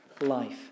life